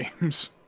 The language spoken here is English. games